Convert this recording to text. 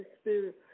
Spirit